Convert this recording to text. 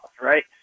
right